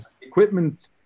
equipment